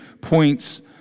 points